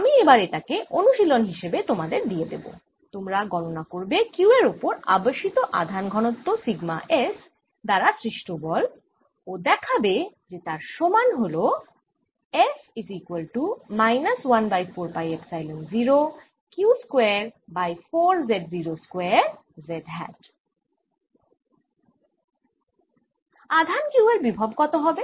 আমি এবার এটাকে অনুশীলন হিসেবে তোমাদের দিয়ে দেব তোমরা গণনা করবে q এর ওপর আবেশিত আধান ঘনত্ব সিগ্মা s দ্বারা সৃষ্ট বল ও দেখাবে যে তার সমান আধান q এর বিভব কত হবে